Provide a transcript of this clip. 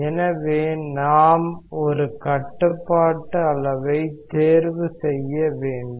எனவே நாம் ஒரு கட்டுப்பாட்டு அளவை தேர்வு செய்ய வேண்டும்